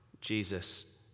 Jesus